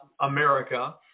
America